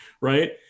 right